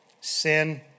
sin